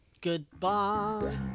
Goodbye